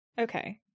Okay